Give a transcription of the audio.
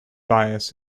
bias